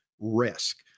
Risk